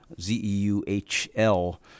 Z-E-U-H-L